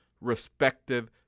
respective